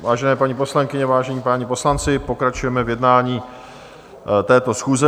Vážené paní poslankyně, vážení páni poslanci, pokračujeme v jednání této schůze.